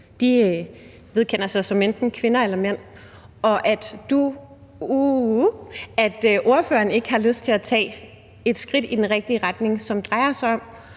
bekender sig som enten kvinder eller mænd. At ordføreren ikke har lyst til at tage et skridt i den rigtige retning, som drejer sig om